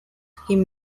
him